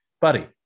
buddy